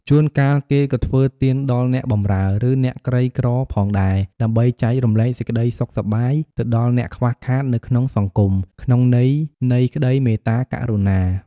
ជួនកាល គេក៏ធ្វើទានដល់អ្នកបម្រើ ឬអ្នកក្រីក្រផងដែរ ដើម្បីចែករំលែកសេចក្តីសុខសប្បាយទៅដល់អ្នកខ្វះខាតនៅក្នុងសង្គម ក្នុងន័យនៃក្តីមេត្តាករុណា។